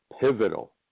pivotal